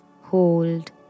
hold